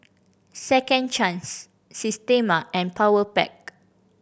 Second Chance Systema and Powerpac